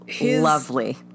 lovely